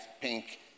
pink